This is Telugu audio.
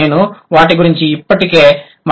నేను వాటి గురించి ఇప్పటికే మాట్లాడుతున్నాను